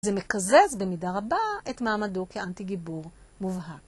זה מקזז במידה רבה את מעמדו כאנטי גיבור מובהק.